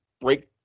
break